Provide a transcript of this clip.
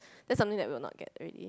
that's something that we will not get really